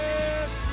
Yes